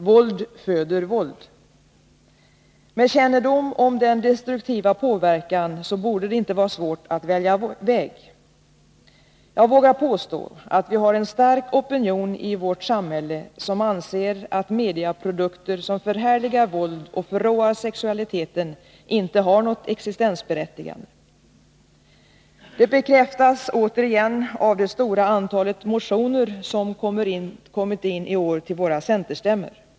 Våld föder våld. Med kännedom om denna destruktiva påverkan borde det inte vara svårt att välja väg. Jag vågar påstå att vi har en stark opinion i vårt samhälle, som anser att mediaprodukter som förhärligar våld och förråar sexualiteten inte har något existensberättigande. Det bekräftas återingen av det stora antalet motioner som kommit in i år till våra centerstämmor.